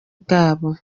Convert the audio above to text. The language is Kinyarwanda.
bwabo